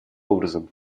образом